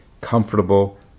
comfortable